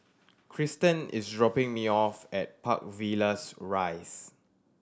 Christen is dropping me off at Park Villas Rise